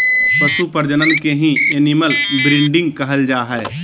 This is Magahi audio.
पशु प्रजनन के ही एनिमल ब्रीडिंग कहल जा हय